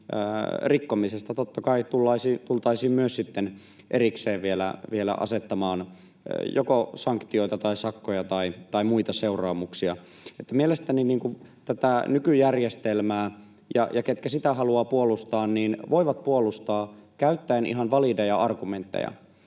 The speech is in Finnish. rikkomisesta totta kai tultaisiin sitten myös erikseen vielä asettamaan joko sanktioita tai sakkoja tai muita seuraamuksia. Että mielestäni ne, ketkä tätä nykyjärjestelmää haluavat puolustaa, voivat puolustaa käyttäen ihan valideja argumentteja